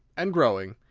and growing,